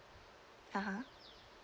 (uh huh)